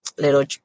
little